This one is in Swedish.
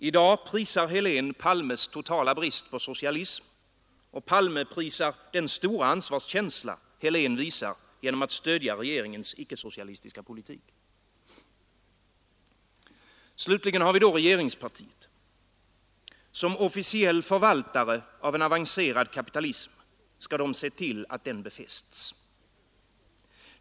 I dag prisar herr Helén herr Palmes totala brist på socialism, och Palme prisar den stora ansvarskänsla Helén visar genom att stödja regeringens icke-socialistiska politik. Slutligen har vi då regeringspartiet. Som officiell förvaltare av en avancerad kapitalism skall socialdemokraterna se till att den befästs.